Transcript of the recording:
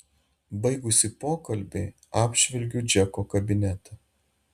baigusi pokalbį apžvelgiu džeko kabinetą